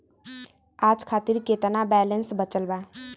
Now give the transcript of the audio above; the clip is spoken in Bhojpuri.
आज खातिर केतना बैलैंस बचल बा?